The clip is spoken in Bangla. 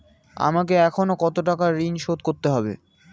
আমাকে এখনো কত টাকা ঋণ শোধ করতে হবে?